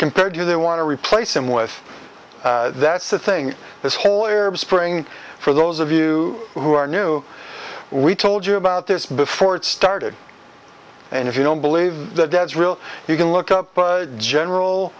compared to they want to replace him with that's the thing this whole arab spring for those of you who are new we told you about this before it started and if you don't believe that that's real you can look up general